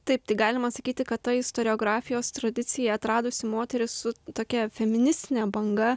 taip tai galima sakyti kad ta istoriografijos tradicija atradusi moteris su tokia feministine banga